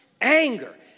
anger